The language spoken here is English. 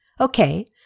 Okay